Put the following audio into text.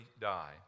die